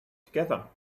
together